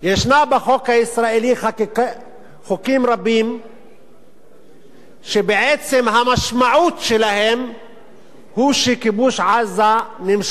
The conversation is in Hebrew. ישנם בחוק הישראלי חוקים רבים שבעצם המשמעות שלהם היא שכיבוש עזה נמשך,